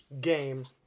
game